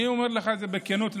אני אומר לך את זה בכנות.